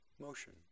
motion